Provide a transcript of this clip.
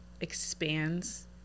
expands